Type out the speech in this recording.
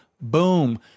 boom